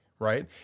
right